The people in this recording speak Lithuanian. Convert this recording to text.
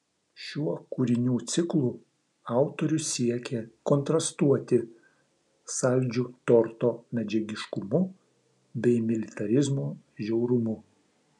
šiuo kūrinių ciklu autorius siekė kontrastuoti saldžiu torto medžiagiškumu bei militarizmo žiaurumu